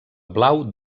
blau